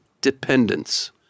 dependence